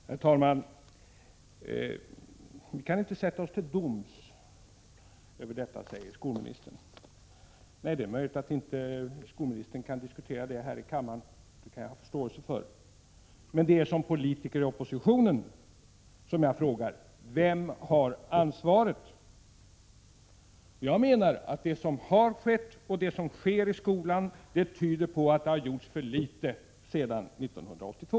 Herr talman! Vi kan inte sätta oss till doms över detta, säger skolministern. Om våldet iskolan och Nej, det är möjligt att skolministern inte kan diskutera saken här i kammaren — det kan jag ha förståelse för. Men det är som politiker i oppositionen som jag frågar: Vem har ansvaret? Jag menar att det som har skett och det som sker i skolan tyder på att det har gjorts för litet sedan 1982.